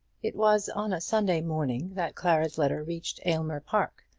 it was on a sunday morning that clara's letter reached aylmer park,